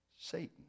Satan